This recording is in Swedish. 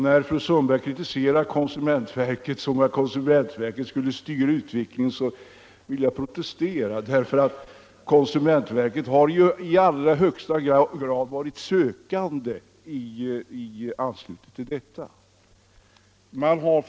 När fru Sundberg kritiserar konsumentverket för att det skulle styra utvecklingen vill jag protestera. Konsumentverket har ju i allra högsta grad haft en sökande funktion i detta sammanhang.